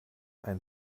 einen